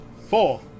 Four